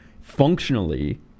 functionally